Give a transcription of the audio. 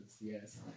Yes